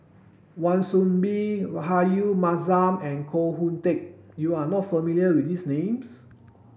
Wan Soon Bee Rahayu Mahzam and Koh Hoon Teck you are not familiar with these names